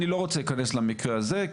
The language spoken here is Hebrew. אני לא רוצה להיכנס למקרה הזה,